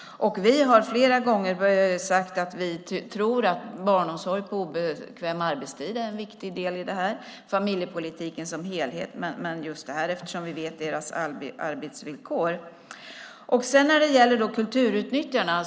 Vi har flera gånger sagt att vi tror att barnomsorg på obekväm arbetstid är en viktig del i detta, det vill säga familjepolitiken som helhet, eftersom vi känner till deras arbetsvillkor. Sedan var det frågan om kulturutnyttjarna.